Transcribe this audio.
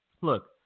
Look